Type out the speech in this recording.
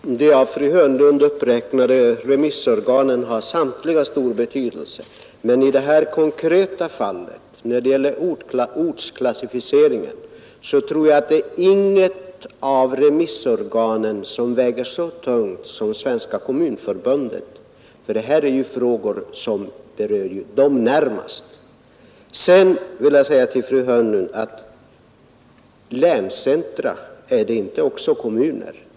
Herr talman! De av fru Hörnlund uppräknade remissorganen har samtliga stor betydelse. Men när det gäller ortsklassificeringen tror jag inte att något av remissorganen väger så tungt som Svenska kommunförbundet — det är ju kommunerna som närmast berörs av dessa frågor. Sedan vill jag fråga fru Hörnlund om inte länscentra i dag är detsamma som kommuner.